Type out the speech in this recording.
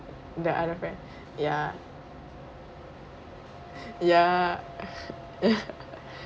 the other friend ya ya